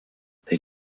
they